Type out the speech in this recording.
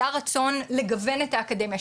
היה רצון לגוון את האקדמיה,